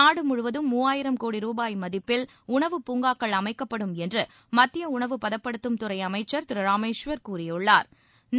நாடு முழுவதும் மூவாயிரம் கோடி ரூபாய் மதிப்பில் உணவு பூங்காக்கள் அமைக்கப்படும் என்று மத்திய உணவு பதப்படுத்தும் துறை அமைச்சா் திரு ராமேஸ்வா் கூறியுள்ளாா்